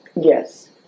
Yes